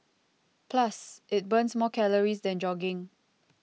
plus it burns more calories than jogging